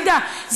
עאידה,